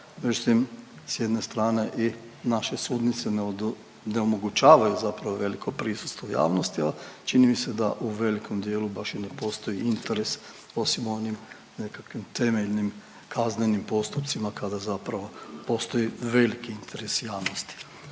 Mislim, s jedne strane naše sudnice ne omogućavaju zapravo veliko prisustvo javnosti, a čini mi se da u velikom dijelu baš i ne postoji interes, osim u onim nekakvim temeljnim kaznenim postupcima kada zapravo postoji veliki interes javnosti.